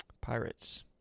Pirates